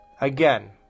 Again